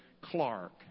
Clark